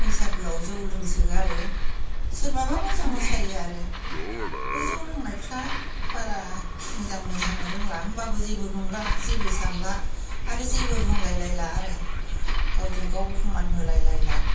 बैसागोआव जौ लोंसो गारो सोरबाबा मोजां मोसायो आरो बे जौ लोंनायफ्रा बारा मोजां मोसानो रोंला होमब्लाबो जेबो नंला जेबो सानला आरो जेबो बुंलाय लायला आरो गावजों गाव अफमान होलाय लायला